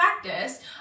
practice